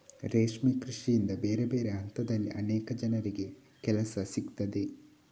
ರೇಷ್ಮೆ ಕೃಷಿಯಿಂದ ಬೇರೆ ಬೇರೆ ಹಂತದಲ್ಲಿ ಅನೇಕ ಜನರಿಗೆ ಕೆಲಸ ಸಿಗ್ತದೆ